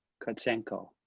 kotchenko.